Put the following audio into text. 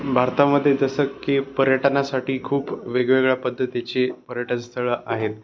भारतामध्ये जसं की पर्यटनासाठी खूप वेगवेगळ्या पद्धतीचे पर्यटनस्थळं आहेत